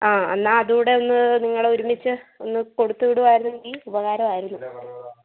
ആ എന്നാൽ അതുകൂടെയൊന്ന് നിങ്ങൾ ഒരുമിച്ച് ഒന്ന് കൊടുത്തുവിടുവായിരുന്നെങ്കിൽ ഉപകാരമായിരുന്നു